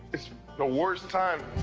it's the worst time.